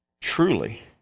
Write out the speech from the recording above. Truly